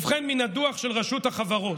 מן הדוח של רשות החברות,